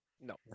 No